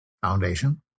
Foundation